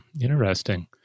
Interesting